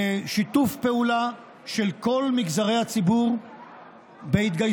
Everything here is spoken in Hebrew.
לשיתוף פעולה של כל מגזרי הציבור בהתגייסות